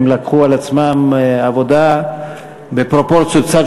הם לקחו על עצמם עבודה בפרופורציות קצת